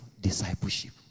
discipleship